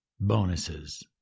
bonuses